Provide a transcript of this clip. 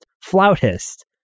flautist